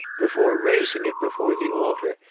before raising it before the altar,